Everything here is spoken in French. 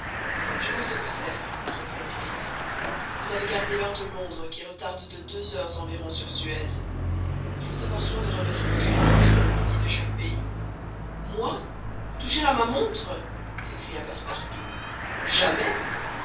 je vois ce que c'est répondit fix vous avez gardé l'heure de londres qui retarde de deux heures environ sur suez il faut avoir soin de remettre votre montre au midi de chaque pays moi toucher à ma montre s'écria passepartout jamais